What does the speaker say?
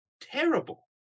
terrible